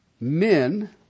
men